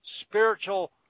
spiritual